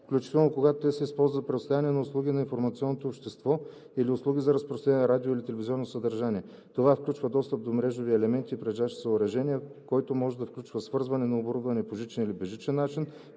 включително когато те се използват за предоставяне на услуги на информационното общество или услуги за разпространение на радио- или телевизионно съдържание. Това включва достъп до мрежови елементи и прилежащи съоръжения, който може да включва свързване на оборудване по жичен или безжичен начин